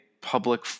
public